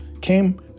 came